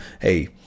Hey